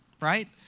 right